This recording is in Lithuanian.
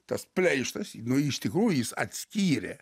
tas pleištas j nu iš tikrųjų jis atskyrė